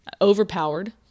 overpowered